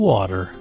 Water